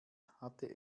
hatte